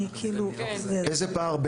איזה פער?